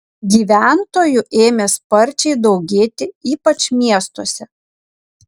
gyventojų ėmė sparčiai daugėti ypač miestuose